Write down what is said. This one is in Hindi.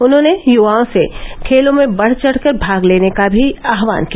उन्होंने युवाओं से खेलों में बढ़ चढ़कर भाग लेने का भी आह्वान किया